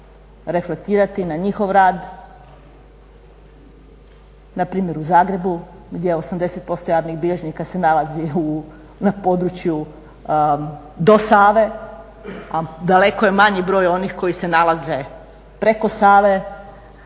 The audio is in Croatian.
reflektirati na njihov rad npr. u Zagrebu gdje 80% javnih bilježnika se nalazi na području do Save, a daleko je manji broj onih koji se nalaze preko Save